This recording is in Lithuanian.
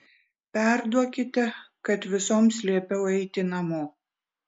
perduokite kad visoms liepiau eiti namo